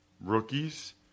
rookies